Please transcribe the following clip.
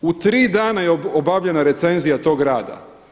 U tri dana je obavljena recenzija toga rada.